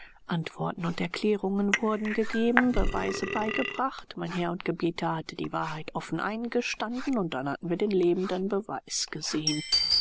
antworten und erklärungen wurden gegeben beweise beigebracht mein herr und gebieter hatte die wahrheit offen eingestanden und dann hatten wir den lebenden beweis gesehen